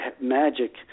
magic